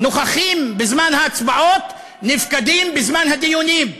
נוכחים בזמן ההצבעות, נפקדים בזמן הדיונים.